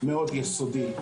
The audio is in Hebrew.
יסודי מאוד,